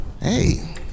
Hey